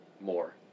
more